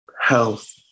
health